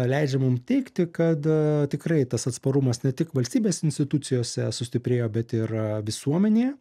leidžia mum teigti kad tikrai tas atsparumas ne tik valstybės institucijose sustiprėjo bet ir visuomenėje